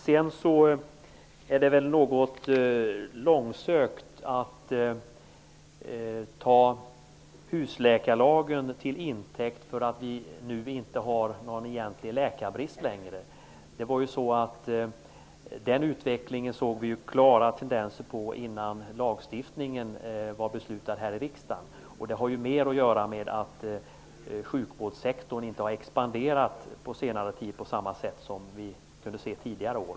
Det är väl något långsökt att ta husläkarlagen till intäkt för att vi nu inte har någon egentlig läkarbrist längre. Den utvecklingen såg vi klara tendenser till innan lagstiftningen beslutades i riksdagen. Det har mer att göra med det faktum att sjukvårdssektorn inte har expanderat på senare tid på samma sätt som tidigare år.